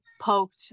poked